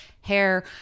hair